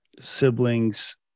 siblings